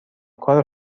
کار